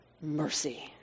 mercy